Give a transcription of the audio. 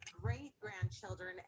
great-grandchildren